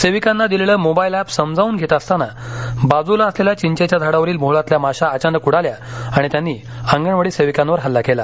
सेविकांना दिलेलं mobile app समजावून घेत असताना बाजूला असलेल्याचिंचेच्या झाडावरील मोहोळातल्या माशा अचानकउडाल्या आणि त्यांनी अंगणवाडी सेविकांवर हल्ला केला